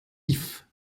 ifs